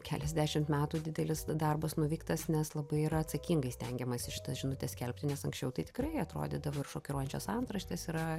keliasdešimt metų didelis darbas nuveiktas nes labai yra atsakingai stengiamasi šitą žinutę skelbti nes anksčiau tai tikrai atrodydavo ir šokiruojančios antraštės yra